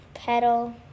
Petal